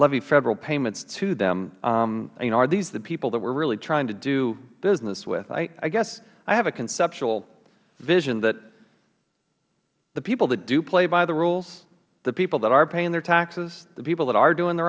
levy federal payments to them are these the people that we are really trying to do business with i guess i have a conceptual vision that the people that play by the rules the people that are paying their taxes the people that are doing the